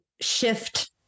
shift